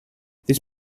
this